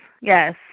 yes